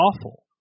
awful